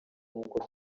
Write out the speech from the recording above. nkuko